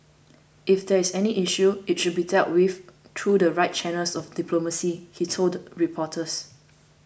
if there is any issue it should be dealt with through the right channels of diplomacy he told reporters